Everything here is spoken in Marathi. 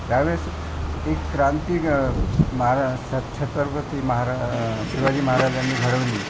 त्यावेळेस एक क्रांति महाराज सा छत्रपती महारा शिवाजी महाराजांनी घडवली